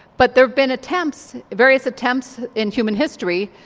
but there have been attempts, various attempts in human history,